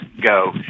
go